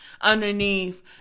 underneath